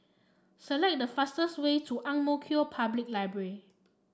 select the fastest way to Ang Mo Kio Public Library